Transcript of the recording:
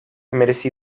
merezi